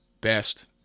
best